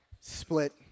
split